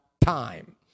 time